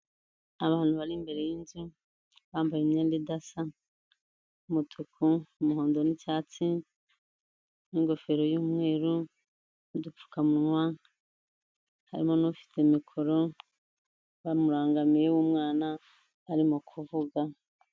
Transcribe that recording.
Abantu bari imbere y'inzu bambaye imyenda idasa, umutuku, umuhondo n n'icyatsi n'ingofero y'umweru n'udupfukamuwa harimo n'ufite mikoro bamurangamiye w'umwana arimo kuvuga.